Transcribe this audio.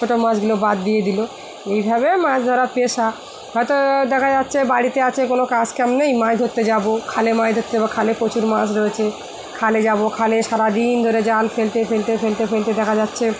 ছোটো মাছগুলো বাদ দিয়ে দিলো এইভাবে মাছ ধরার পেশা হয়তো দেখা যাচ্ছে বাড়িতে আছে কোনো কাজ কাম নেই মাছ ধরতে যাবো খালে মাছ ধরতে যাব খালে প্রচুর মাছ রয়েছে খালে যাবো খালে সারাদিন ধরে জাল ফেলতে ফেলতে ফেলতে ফেলতে দেখা যাচ্ছে